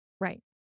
Right